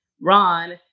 Ron